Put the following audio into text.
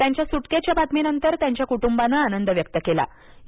त्यांच्या सुटकेच्या बातमीनंतर त्यांच्या कुटुंबाने आनंद व्यक्त केला आहे